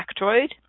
factoid